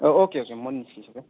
okay okay म निस्किन्छु त्यहाँ